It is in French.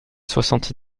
soixante